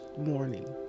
morning